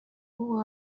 who